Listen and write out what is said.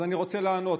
אז אני רוצה לענות.